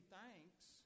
thanks